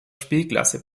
spielklasse